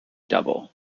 double